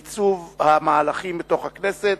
בתקופה די קצרה לייצוב המהלכים בתוך הכנסת.